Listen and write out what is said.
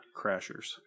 Crashers